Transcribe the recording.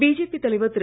BJP தலைவர் திரு